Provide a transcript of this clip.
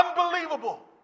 Unbelievable